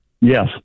Yes